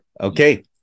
Okay